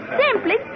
simply